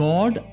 God